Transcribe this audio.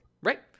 Right